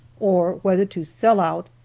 or whether to sell out,